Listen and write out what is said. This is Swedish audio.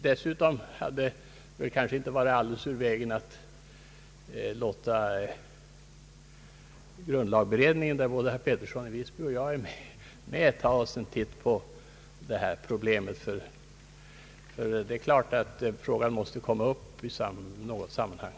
Dessutom hade det kanske inte varit ur vägen att låta grundlagberedningen, där både herr Pettersson i Visby och jag är med, ta en titt på det här problemet. Det är klart att frågan måste komma upp i något sammanhang.